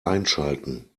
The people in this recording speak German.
einschalten